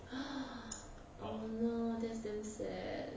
oh no that's damn sad